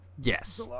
Yes